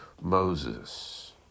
Moses